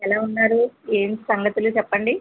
ఎలా ఉన్నారు ఏంటి సంగతులు చెప్పండి